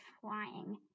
flying